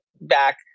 back